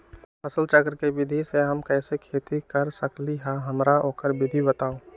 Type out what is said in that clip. फसल चक्र के विधि से हम कैसे खेती कर सकलि ह हमरा ओकर विधि बताउ?